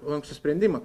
lankstų sprendimą